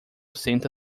senta